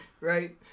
Right